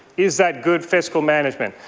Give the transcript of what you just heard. is that good fiscal management?